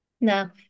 Now